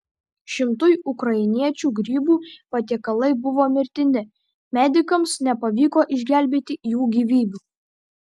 šimtui ukrainiečių grybų patiekalai buvo mirtini medikams nepavyko išgelbėti jų gyvybių